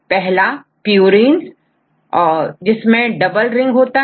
पहला purinesइसमें double ring होता है